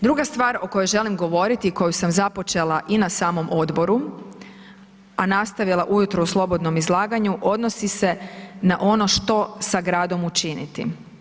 Druga stvar o kojoj želim govoriti i koju sam započela i na samom odboru, a nastavila ujutro u slobodnom izlaganju odnosi se na ono što sa gradom učiniti.